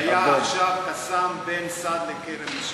היה עכשיו "קסאם" בין סעד לכפר-עזה.